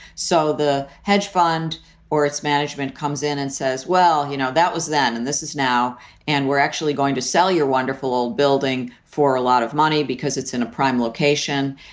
so the hedge fund or its management comes in and says, well, you know, that was then and this is now. and we're actually going to sell your wonderful old building for a lot of money because it's in a prime location.